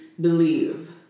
believe